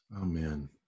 Amen